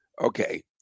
Okay